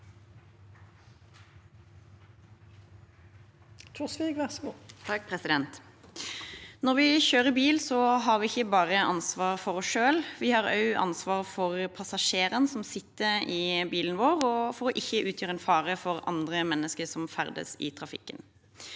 Når vi kjører bil, har vi ikke bare ansvar for oss selv. Vi har også ansvar for passasjerene som sitter i bilen vår, og for ikke å utgjøre en fare for andre mennesker som ferdes i trafikken.